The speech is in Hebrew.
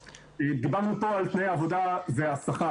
--- דיברו פה על תנאי עבודה והשכר.